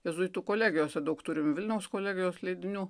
jėzuitų kolegijose daug turim vilniaus kolegijos leidinių